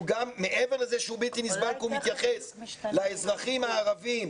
מעבר לזה שהוא בלתי נסבל כי הוא מתייחס לאזרחים הערבים,